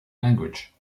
language